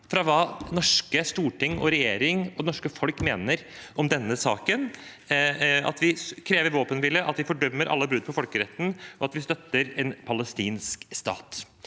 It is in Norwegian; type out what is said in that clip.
hva det norske storting og regjering og norske folk mener om denne saken, at vi krever våpenhvile, at vi fordømmer alle brudd på folkeretten, og at vi støtter en palestinsk stat.